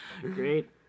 Great